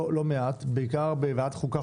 בעיקר בוועדת חוקה,